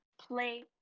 play